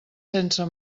sense